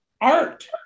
art